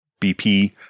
BP